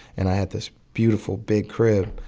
and i had this beautiful big crib.